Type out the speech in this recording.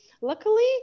luckily